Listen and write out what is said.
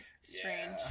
strange